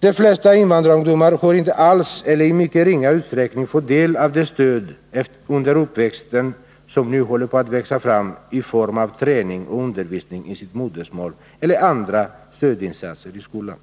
De flesta invandrarungdomarna har inte alls eller i mycket ringa utsträckning fått del av det stöd under uppväxten som nu håller på att växa fram i form av träning och undervisning i modersmålet eller andra stödinsatser i skolan.